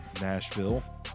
Nashville